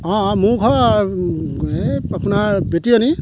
অ' অ' মোৰ ঘৰ এ আপোনাৰ বেটিয়নী